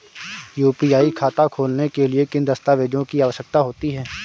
UPI खाता खोलने के लिए किन दस्तावेज़ों की आवश्यकता होती है?